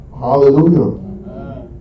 Hallelujah